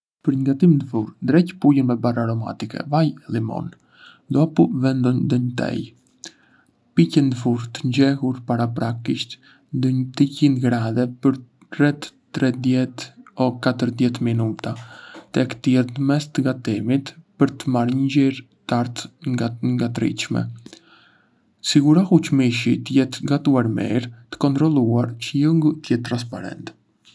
Për një gatim ndë furrë, ndreqë pulën me barra aromatike, vaj e limon, dhopu vendo ndë një tjel. Piqe ndë furrë të nxehur paraprakisht ndë di qind °C për rreth thridjet-di dizet minuta, të e kthyer ndë mes të gatimit për të marrë një ngjyrë të artë të njëtrajtshme. Sigurohu që mishi të jetë gatuar mirë të kontrolluar që lëngu të jetë trasparent.